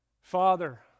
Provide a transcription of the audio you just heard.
Father